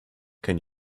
can